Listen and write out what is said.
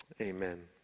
amen